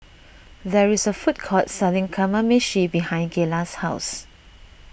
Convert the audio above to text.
there is a food court selling Kamameshi behind Gayla's house